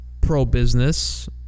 pro-business